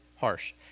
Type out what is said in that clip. harsh